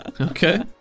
Okay